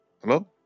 Hello